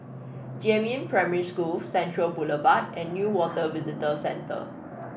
Jiemin Primary School Central Boulevard and Newater Visitor Centre